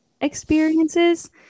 experiences